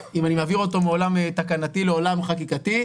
אם אני מעביר אותו מעולם תקנתי לעולם חקיקתי.